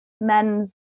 men's